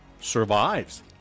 Survives